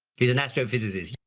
she's an astrophysicist.